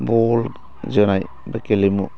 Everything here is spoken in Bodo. बल जोनाय बा गेलेमु